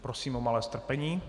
Prosím o malé strpení.